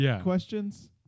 questions